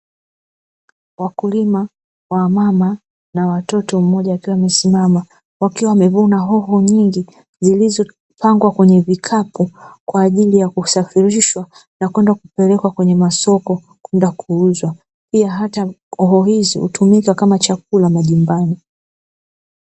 Wakulima wamama na watoto mmoja akiwa amesimama wakiwa wamevua hoho nyingi ambazo zilizopangwa kwenye kikapu, kwa ajili ya kusafirisha na kwenda kupelekwa kwenye masoko kwenda kuuzwa; pia hata hoho hizi hutumika kama chakula majumbani.